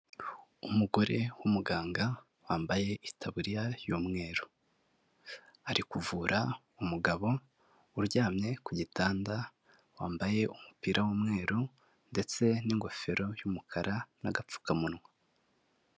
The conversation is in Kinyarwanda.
Umugore w'umuganga wambaye itaburiya y'umweru ari kuvura umugabo uryamye ku gitanda, wambaye umupira w'umweru ndetse n'ingofero y'umukara n'agapfukamunwa.